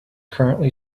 currently